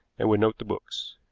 and would note the books.